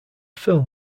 film